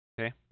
Okay